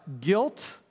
guilt